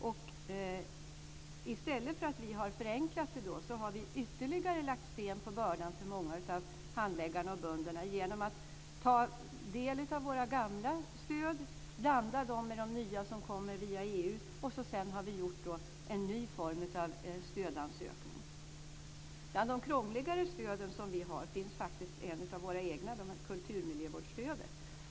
I stället för att förenkla har vi lagt ytterligare sten på bördan för många av handläggarna och bönderna genom att vi tagit delar av våra gamla stöd, blandat dem med de nya som kommit via EU och sedan gjort en ny form av stödansökningar. Bland de krångligare stöden finns faktiskt ett av våra egna, nämligen kulturmiljövårdsstödet.